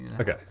Okay